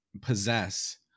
possess